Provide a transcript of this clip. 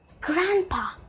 Grandpa